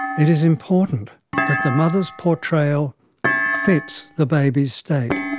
it is important that the mother's portrayal fits the baby's state.